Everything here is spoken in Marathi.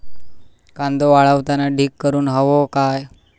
कांदो वाळवताना ढीग करून हवो काय?